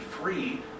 free